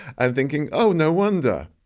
and thinking, oh, no wonder.